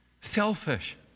Selfish